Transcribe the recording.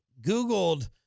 googled